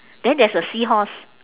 then there's a seahorse